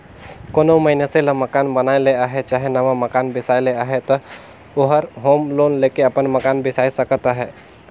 कोनो मइनसे ल मकान बनाए ले अहे चहे नावा मकान बेसाए ले अहे ता ओहर होम लोन लेके अपन मकान बेसाए सकत अहे